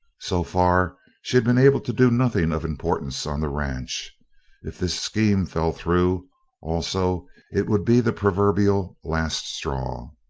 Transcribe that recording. so far she had been able to do nothing of importance on the ranch if this scheme fell through also it would be the proverbial last straw.